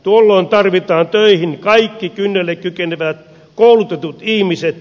tuolloin tarvitaan töihin kaikki kynnelle kykenevät koulutetut ihmiset